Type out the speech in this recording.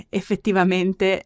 effettivamente